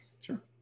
Sure